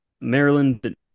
Maryland